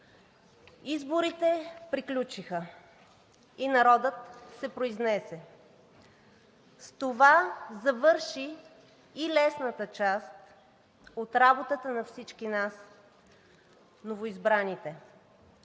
Изборите приключиха и народът се произнесе. С това завърши и лесната част за всички нас – новоизбраните.